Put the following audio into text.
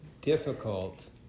difficult